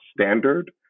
standard